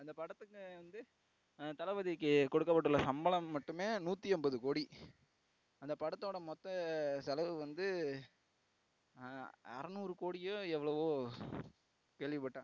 அந்தப் படத்துக்கு வந்து தளபதிக்குக் கொடுக்கப்பட்டுள்ள சம்பளம் மட்டுமே நூற்றி ஐம்பது கோடி அந்தப் படத்தோடய மொத்த செலவு வந்து அறுநூறு கோடியோ எவ்வளவோ கேள்விப்பட்டேன்